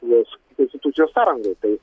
jos institucijos sąrangoj tai